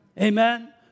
Amen